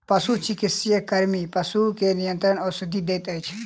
पशुचिकित्सा कर्मी पशु के निरंतर औषधि दैत अछि